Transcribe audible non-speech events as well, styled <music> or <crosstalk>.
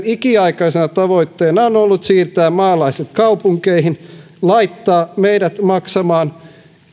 <unintelligible> ikiaikaisena tavoitteena on ollut siirtää maalaiset kaupunkeihin laittaa meidät maksamaan